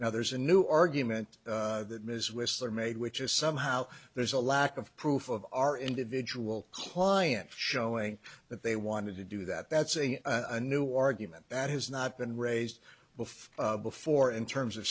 now there's a new argument that ms whistler made which is somehow there's a lack of proof of our individual client showing that they wanted to do that that's a new argument that has not been raised before before in terms of